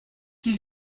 qu’il